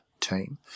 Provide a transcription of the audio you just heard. team